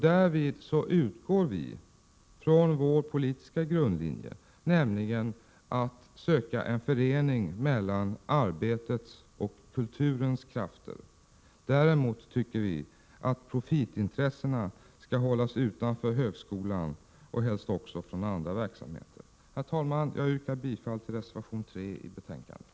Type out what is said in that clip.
Därvid utgår vi från vår politiska grundlinje, nämligen att vi vill försöka förena arbetets och kulturens krafter. Däremot tycker vi att profitintressena skall hållas utanför högskolan och helst också utanför andra verksamheter. Jag yrkar bifall till reservation 3 i betänkandet.